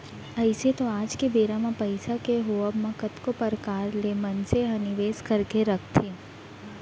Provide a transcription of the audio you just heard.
अइसे तो आज के बेरा म पइसा के होवब म कतको परकार ले मनसे ह निवेस करके रखथे